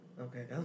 Okay